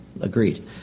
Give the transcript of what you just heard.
Agreed